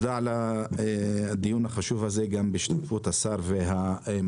תודה על הדיון החשוב הזה שנערך גם בהשתתפות השר והמנכ"ל.